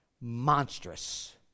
monstrous